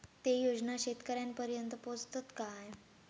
ते योजना शेतकऱ्यानपर्यंत पोचतत काय?